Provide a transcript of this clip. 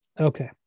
Okay